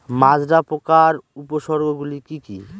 মাজরা পোকার উপসর্গগুলি কি কি?